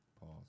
Pause